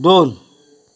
दोन